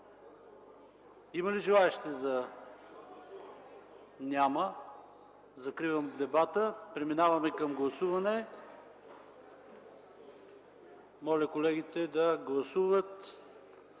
Има ли желаещи за изказвания? Няма. Закривам дебата. Преминаваме към гласуване. Моля колегите да гласуват